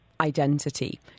identity